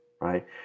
right